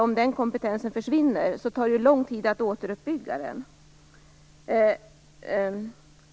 Om den kompetensen försvinner tar det lång tid att åter bygga upp den.